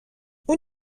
اون